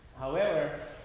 however,